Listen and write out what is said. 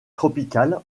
tropicale